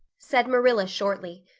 said marilla shortly.